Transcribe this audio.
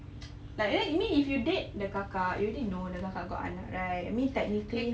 like I mean I mean if you date the kakak you already know the kakak got anak right I mean technically